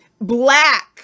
black